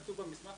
כתוב במסמך.